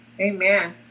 Amen